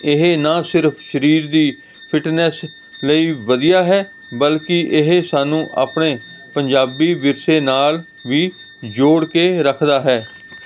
ਇਹ ਨਾ ਸਿਰਫ ਸਰੀਰ ਦੀ ਫਿਟਨੈਸ ਲਈ ਵਧੀਆ ਹੈ ਬਲਕਿ ਇਹ ਸਾਨੂੰ ਆਪਣੇ ਪੰਜਾਬੀ ਵਿਰਸੇ ਨਾਲ ਵੀ ਜੋੜ ਕੇ ਰੱਖਦਾ ਹੈ